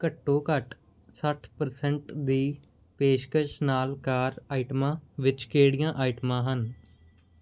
ਘੱਟੋ ਘੱਟ ਸੱਠ ਪਰਸੈਂਟ ਦੀ ਪੇਸ਼ਕਸ਼ ਨਾਲ ਕਾਰ ਆਈਟਮਾਂ ਵਿੱਚ ਕਿਹੜੀਆਂ ਆਈਟਮਾਂ ਹਨ